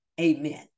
Amen